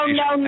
no